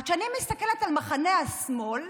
אז כשאני מסתכלת על מחנה השמאל,